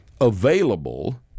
available